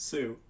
Sue